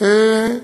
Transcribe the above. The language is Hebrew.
פה בכנסת,